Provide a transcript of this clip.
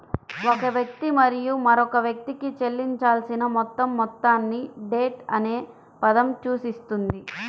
ఒక వ్యక్తి మరియు మరొక వ్యక్తికి చెల్లించాల్సిన మొత్తం మొత్తాన్ని డెట్ అనే పదం సూచిస్తుంది